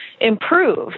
improve